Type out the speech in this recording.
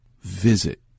visit